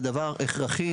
זה דבר הכרחי,